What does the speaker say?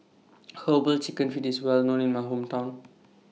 Herbal Chicken Feet IS Well known in My Hometown